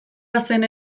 bazen